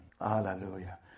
Hallelujah